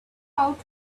out